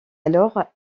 alors